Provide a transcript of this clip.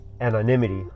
anonymity